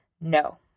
No